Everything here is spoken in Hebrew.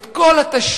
את כל התשתית,